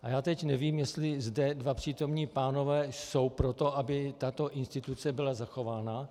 A já teď nevím, jestli zde dva přítomní pánové jsou pro to, aby tato instituce byla zachována.